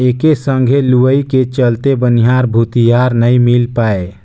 एके संघे लुवई के चलते बनिहार भूतीहर नई मिल पाये